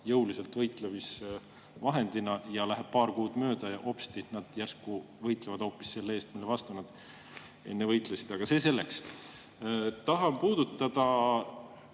jõuliselt võitlemisvahendina ja siis läheb paar kuud mööda, ja hopsti! nad järsku võitlevad hoopis selle eest, mille vastu nad enne võitlesid. Aga see selleks. Tahan puudutada